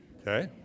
okay